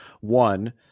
One